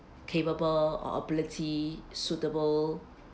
capable or ability suitable